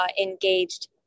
engaged